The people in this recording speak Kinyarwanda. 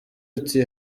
ati